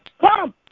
Come